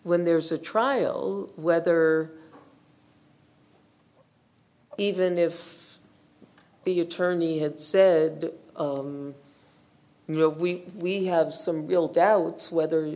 when there's a trial whether even if the attorney had said you know we we have some real doubts whether